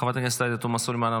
חברת הכנסת עאידה תומא סלימאן,